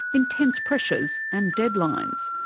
intense pressures and deadlines.